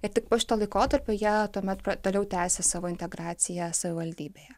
ir tik po šito laikotarpio jie tuomet toliau tęsia savo integraciją savivaldybėje